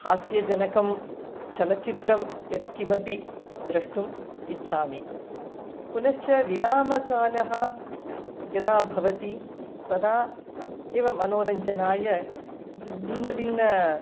हास्यजनकं चलचित्रं यत्किमपि द्रष्टुं इच्छामि पुनश्च विरामकालः यदा भवति तदा एव मनोरञ्जनाय किञ्चिद् भिन्न भिन्न